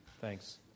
Thanks